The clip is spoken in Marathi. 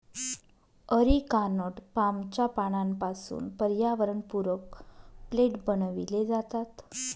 अरिकानट पामच्या पानांपासून पर्यावरणपूरक प्लेट बनविले जातात